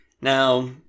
Now